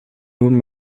nun